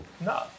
No